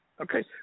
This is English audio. Okay